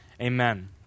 amen